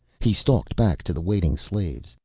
he stalked back to the waiting slaves.